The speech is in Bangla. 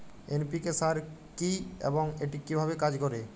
এন.পি.কে সার কি এবং এটি কিভাবে কাজ করে?